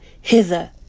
hither